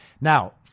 Now